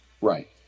Right